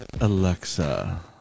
Alexa